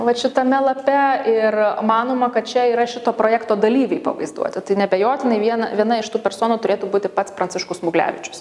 vat šitame lape ir manoma kad čia yra šito projekto dalyviai pavaizduoti tai neabejotinai viena viena iš tų personų turėtų būti pats pranciškus smuglevičius